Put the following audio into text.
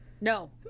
No